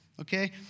okay